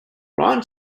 ron